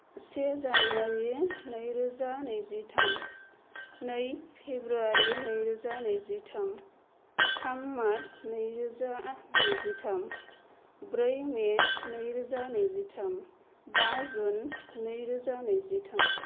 से जानुवारि नैरोजा नैजिथाम नै फेब्रुवारि नैरोजा नैजिथाम थाम मार्स नैरोजा नैजिथाम ब्रै मे नैरोजा नैजिथाम बा जुन नैरोजा नैजिथाम